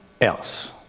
else